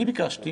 אני ביקשתי